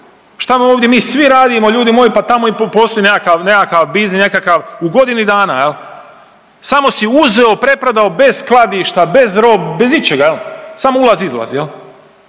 Šta mi ovdje svi radimo ljudi moji pa tamo postoji nekakav biznis nekakav u godini dana, samo si uzeo preprodao bez skladišta, bez …, bez ičega, samo ulaz izlaz